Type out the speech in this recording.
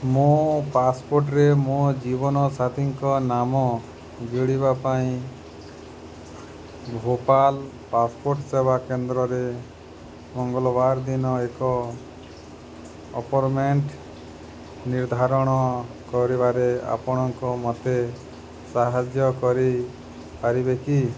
ମୋ ପାସପୋର୍ଟ୍ରେ ମୋ ଜୀବନସାଥୀଙ୍କ ନାମ ଯୋଡ଼ିବା ପାଇଁ ଭୋପାଲ୍ ପାସପୋର୍ଟ୍ ସେବା କେନ୍ଦ୍ରରେ ମଙ୍ଗଲବାର ଦିନ ଏକ ଆପଏଣ୍ଟମେଣ୍ଟ୍ ନିର୍ଦ୍ଧାରଣ କରିବାରେ ଆପଣଙ୍କ ମୋତେ ସାହାଯ୍ୟ କରିପାରିବେ କି